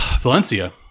Valencia